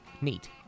neat